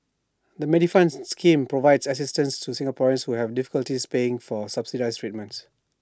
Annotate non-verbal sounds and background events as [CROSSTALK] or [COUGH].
the Medifund scheme provides assistance [UNINTELLIGIBLE] Singaporeans who have difficulties paying for subsidized treatments